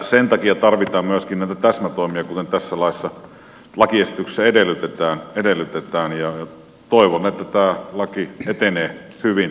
sen takia tarvitaan myöskin näitä täsmätoimia kuten tässä lakiesityksessä edellytetään ja toivon että tämä laki etenee hyvin